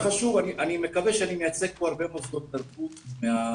אני מקווה שאני מייצג פה הרבה מוסדות תרבות מהדרום,